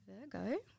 Virgo